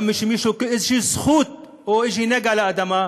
גם מי שיש לו איזו זכות או איזו נגיעה לאדמה,